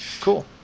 Cool